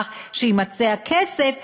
לכך שיימצא הכסף,